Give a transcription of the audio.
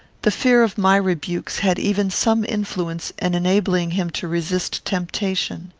the fear of my rebukes had even some influence in enabling him to resist temptation.